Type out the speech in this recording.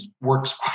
works